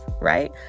right